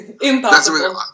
Impossible